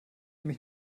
mich